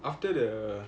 after the